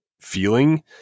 feeling